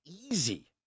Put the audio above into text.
easy